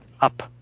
Up